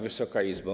Wysoka Izbo!